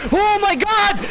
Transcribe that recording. oh my god!